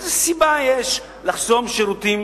איזה סיבה יש לחסום שירותים